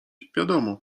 wiadomo